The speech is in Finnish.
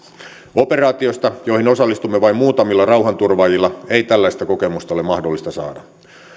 operaatioista joihin osallistumme vain muutamilla rauhanturvaajilla ei tällaista kokemusta ole mahdollista saada